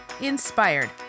Inspired